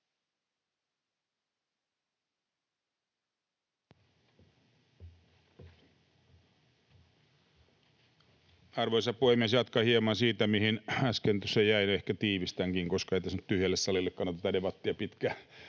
Arvoisa puhemies! Jatkan hieman siitä, mihin äsken tuossa jäin, ehkä tiivistänkin, koska ei tässä nyt tyhjälle salille kannata tätä debattia pitkään